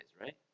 right